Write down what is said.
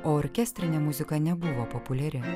o orkestrinė muzika nebuvo populiari